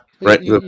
right